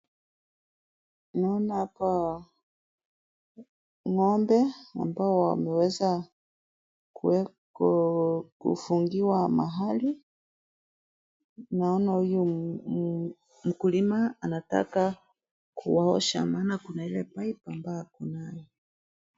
Naona hapa ng'ombe ambao wameweza kufungiwa mahali. Naona huyu mkulima anataka kuwaosha maana kuna ile pipe ambayo kunayo.